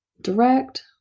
direct